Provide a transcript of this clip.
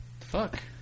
Fuck